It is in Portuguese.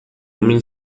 homem